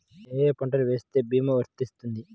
ఏ ఏ పంటలు వేస్తే భీమా వర్తిస్తుంది?